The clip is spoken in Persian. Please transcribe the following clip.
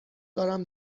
دارم